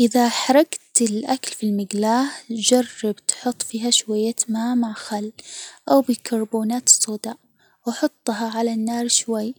إذا حرجت الأكل في المجلاه جرب تحط فيها شوية ماء مع خل، أو بيكربونات الصودا، و حطها علي النار شوي،